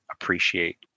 appreciate